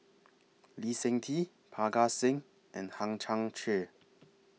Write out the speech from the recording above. Lee Seng Tee Parga Singh and Hang Chang Chieh